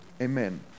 Amen